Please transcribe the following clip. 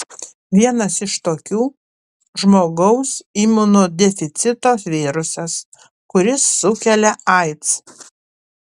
vienas iš tokių žmogaus imunodeficito virusas kuris sukelia aids